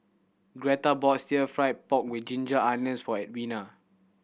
Greta bought still fry pork with ginger onions for Edwina